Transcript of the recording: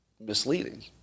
misleading